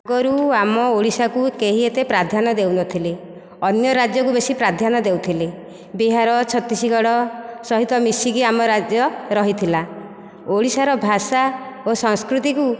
ରୁ ଆମ ଓଡ଼ିଶାକୁ କେହି ଏତେ ପ୍ରାଧାନ୍ୟ ଦେଉନଥିଲେ ଅନ୍ୟ ରାଜ୍ୟକୁ ବେଶି ପ୍ରାଧାନ୍ୟ ଦେଉଥିଲେ ବିହାର ଛତିଶଗଡ଼ ସହିତ ମିଶିକି ଆମ ରାଜ୍ୟ ରହିଥିଲା ଓଡ଼ିଶାର ଭାଷା ଓ ସଂସ୍କୃତିକୁ